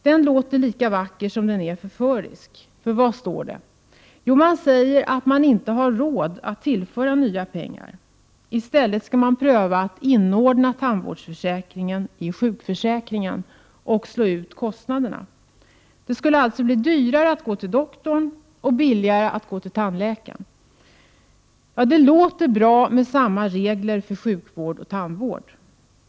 Den låter lika vacker som den är förförisk. För vad står det? Jo, man säger att man inte har råd att tillföra nya pengar. I stället skall man pröva att inordna tandvårdsförsäkringen i sjukförsäkringen och slå ut kostnaderna. Det skulle alltså bli dyrare att gå till doktorn och billigare att gå till tandläkaren. Det låter bra med samma regler för sjukvård som för tandvård.